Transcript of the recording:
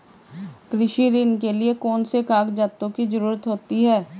कृषि ऋण के लिऐ कौन से कागजातों की जरूरत होती है?